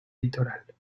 litoral